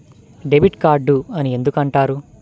Debit card అని ఎందుకు అంటారు?